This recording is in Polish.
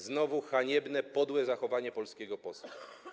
Znowu haniebne, podłe zachowanie polskiego posła.